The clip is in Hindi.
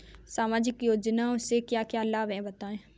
सामाजिक योजना से क्या क्या लाभ हैं बताएँ?